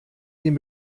den